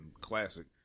classic